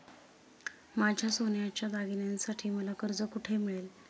माझ्या सोन्याच्या दागिन्यांसाठी मला कर्ज कुठे मिळेल?